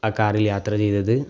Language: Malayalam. ആ കാറിൽ യാത്ര ചെയ്തത്